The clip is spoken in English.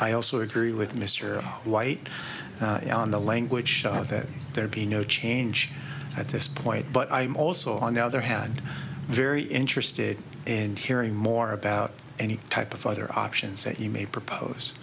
i also agree with mr white on the language that there be no change at this point but i'm also on the other hand very interested in hearing more about any type of other options that you may propose